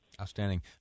Outstanding